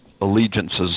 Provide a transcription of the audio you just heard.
allegiances